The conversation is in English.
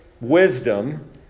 wisdom